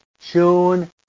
June